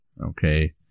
okay